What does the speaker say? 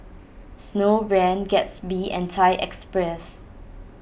Snowbrand Gatsby and Thai Express